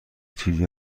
چیزی